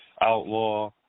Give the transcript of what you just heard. outlaw